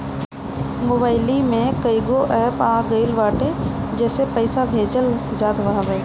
mobile में कईगो app आ गईल बाटे जेसे पईसा भेजल जात हवे